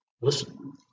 Listen